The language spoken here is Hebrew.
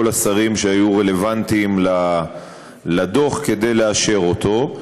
השרים שהיו רלוונטיים לדוח כדי לאשר אותו.